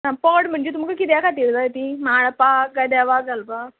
ना पड म्हणचे तुमकां कित्या खातीर जाय तीं माळपाक कांय देवाक घालपाक